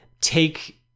take